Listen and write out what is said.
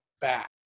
back